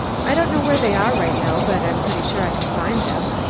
i don't know where they are right now, but i'm pretty sure i can find them.